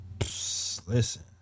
listen